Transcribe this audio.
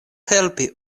helpi